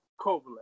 Kovalev